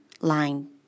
line